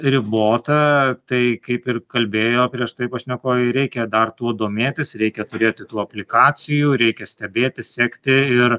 ribota tai kaip ir kalbėjo prieš tai pašnekovai reikia dar tuo domėtis reikia turėti tų aplikacijų reikia stebėti sekti ir